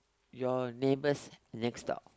your neighbours next door